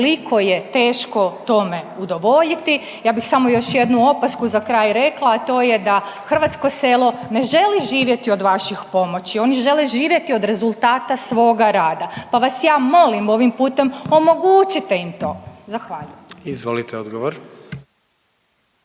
Koliko je teško tome udovoljiti? Ja bih samo još jednu opasku za kraj rekla, a to je da hrvatsko selo ne želi živjeti od vaših pomoći, oni žele živjeti od rezultata svoga rada. Pa vas ja molim ovim putem, omogućite im to. Zahvaljujem. **Jandroković,